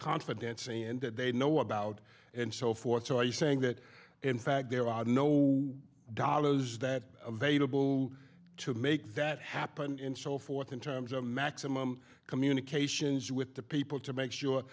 confidants and that they know about and so forth so are you saying that in fact there are no dollars that available to make that happen and so forth in terms of maximum communications with the people to make sure